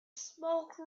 smoke